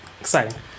Exciting